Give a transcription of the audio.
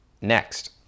Next